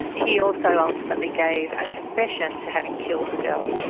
he also ultimately gave a confession to having killed the girls.